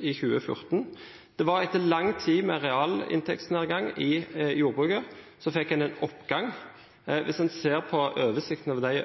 i 2014. Etter lang tid med realinntektsnedgang i jordbruket fikk man en oppgang. Hvis en ser på oversikten over de